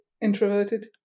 introverted